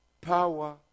power